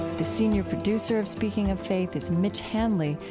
the senior producer ofspeaking of faith is mitch hanley,